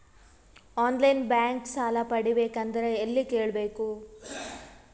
On line bank ಸಾಲ ಪಡಿಬೇಕಂದರ ಎಲ್ಲ ಕೇಳಬೇಕು?